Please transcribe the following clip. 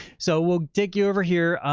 so we'll take you over here.